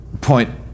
point